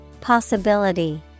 possibility